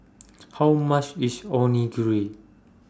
How much IS Onigiri